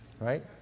right